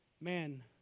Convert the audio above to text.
man